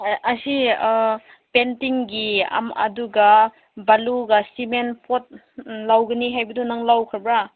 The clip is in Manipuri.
ꯑꯁꯤ ꯄꯦꯟꯇꯤꯡꯒꯤ ꯑꯗꯨꯒ ꯕꯥꯂꯨꯒ ꯁꯤꯃꯦꯟ ꯄꯣꯠ ꯂꯧꯒꯅꯤ ꯍꯥꯏꯕꯗꯣ ꯅꯪ ꯂꯧꯈ꯭ꯔꯕ